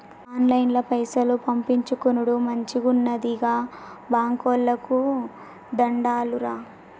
ఆన్లైన్ల పైసలు పంపిచ్చుకునుడు మంచిగున్నది, గా బాంకోళ్లకు దండాలురా